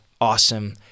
awesome